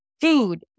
food